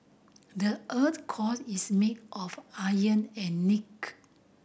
the earth core is made of iron and nickel